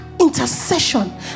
intercession